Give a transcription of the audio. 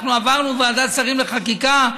אנחנו עברנו ועדת שרים לחקיקה,